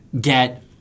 get –